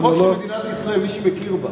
חוק של מדינת ישראל, מי שמכיר בה.